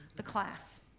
the class.